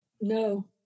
No